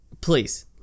please